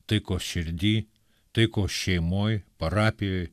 taikos širdy taikos šeimoj parapijoj